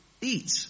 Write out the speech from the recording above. eat